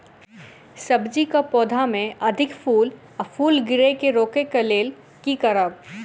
सब्जी कऽ पौधा मे अधिक फूल आ फूल गिरय केँ रोकय कऽ लेल की करब?